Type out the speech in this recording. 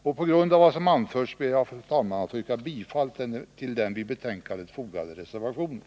Med det anförda ber jag, fru talman, att få yrka bifall till den vid betänkandet fogade reservationen.